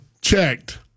checked